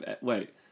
Wait